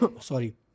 Sorry